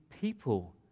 people